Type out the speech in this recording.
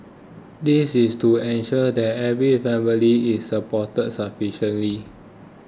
this is to ensure that every family is supported sufficiently